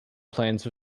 plains